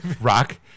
Rock